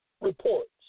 reports